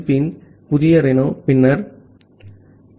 B இன் புதிய Reno பின்னர் டி